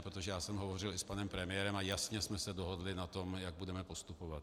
Protože já jsem hovořil i s panem premiérem a jasně jsme se dohodli na tom, jak budeme postupovat.